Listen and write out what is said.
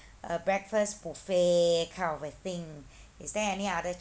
a breakfast buffet kind of a thing is there any other